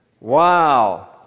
Wow